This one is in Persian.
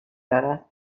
دارد